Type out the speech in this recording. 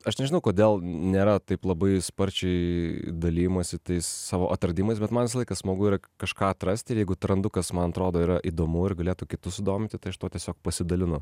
aš nežinau kodėl nėra taip labai sparčiai dalijamasi tais savo atradimais bet man visą laiką smagu yra kažką atrasti ir jeigu atrandu kas man atrodo yra įdomu ir galėtų kitus sudominti tai aš tuo tiesiog pasidalinu